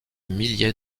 milliers